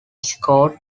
scout